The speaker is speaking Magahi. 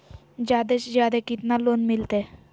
जादे से जादे कितना लोन मिलते?